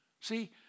See